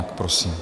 Prosím.